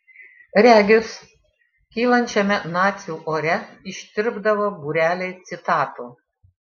regis kylančiame nacių ore ištirpdavo būreliai citatų